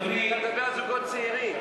אתה מדבר על זוגות צעירים.